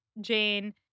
Jane